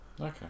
Okay